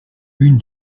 une